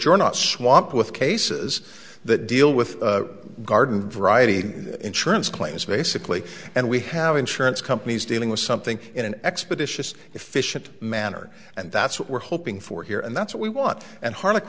you're not swap with cases that deal with garden variety insurance claims basically and we have insurance companies dealing with something in an expeditious efficient manner and that's what we're hoping for here and that's what we want and har